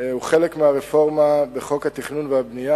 הוא חלק מהרפורמה בחוק התכנון והבנייה,